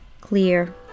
clear